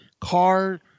car